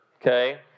okay